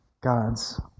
God's